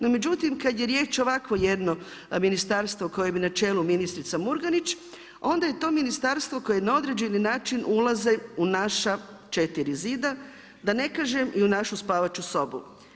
No međutim, kada je riječ o ovakvom jednom ministarstvu kojem je na čelu ministrica Murganić, onda je to ministarstvo koje na određeni način ulaze u naša četiri zida, da ne kažem i u našu spavaču sobu.